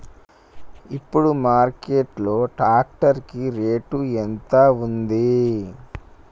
ఇప్పుడు మార్కెట్ లో ట్రాక్టర్ కి రేటు ఎంత ఉంది?